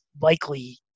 likely